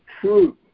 true